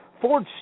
Ford